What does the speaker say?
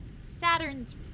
Saturn's